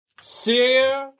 see